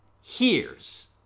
hears